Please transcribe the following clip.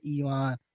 Elon